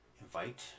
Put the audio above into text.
invite